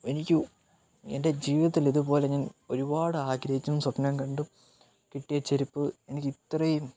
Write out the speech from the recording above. എനിക്ക് എന്റെ ജീവിതത്തിലിതുപോലെ ഞാനൊരുപാടാഗ്രഹിച്ചും സ്വപ്നം കണ്ടും കിട്ടിയ ചെരിപ്പ് എനിക്ക് ഇത്രയും